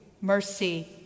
mercy